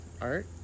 Art